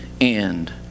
end